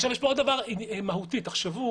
ושאם הוא לא יהיה מאוזן ישימו לו חשב מלווה.